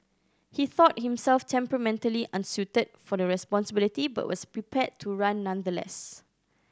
he thought himself temperamentally unsuited for the responsibility but was prepared to run nonetheless